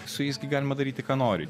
su jais gi galima daryti ką nori